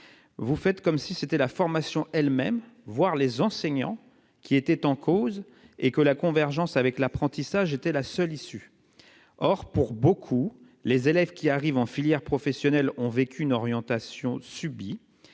Vous faites comme si la formation elle-même, voire les enseignants, était en cause, et la convergence avec l'apprentissage la seule issue. Or, pour beaucoup, les élèves qui arrivent en filière professionnelle ont vécu une orientation subie.